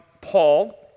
Paul